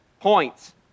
points